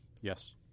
Yes